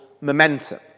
momentum